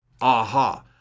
aha